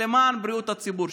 למען בריאות הציבור.